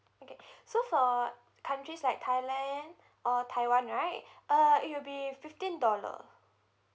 okay so for countries like thailand or taiwan right uh it will be fifteen dollar